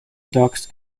docks